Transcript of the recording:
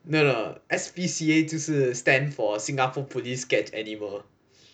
no no no no S_P_C_A 就是 stand for singapore police catch animal